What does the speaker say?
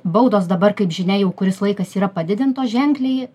baudos dabar kaip žinia jau kuris laikas yra padidintos ženkliai